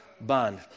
bond